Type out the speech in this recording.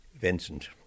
Vincent